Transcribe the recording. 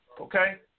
Okay